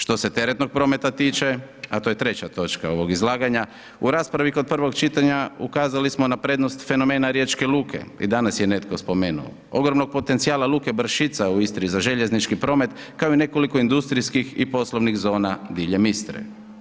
Što se teretnog prometa tiče, a to je treća točka ovog izlaganja, u raspravi kod prvog čitanja ukazali smo na prednost fenomena Riječke luke i danas je netko spomenuo, ogromnog potencijala luke Brašica u Istri za željeznički promet kao i nekoliko industrijskih i poslovnih zona diljem Istre.